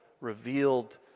revealed